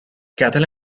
cattle